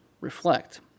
reflect